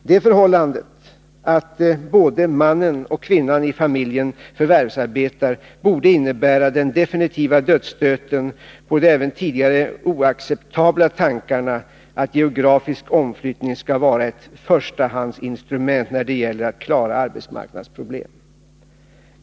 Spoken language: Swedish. Det förhållandet att både mannen och kvinnan i familjen förvärvsarbetar borde innebära den definitiva dödsstöten för de även tidigare oacceptabla tankarna att geografisk omflyttning skall vara ett förstahandsinstrument när det gäller att klara arbetsmarknadsproblem.